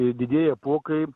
didieji apuokai